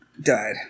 died